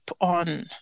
on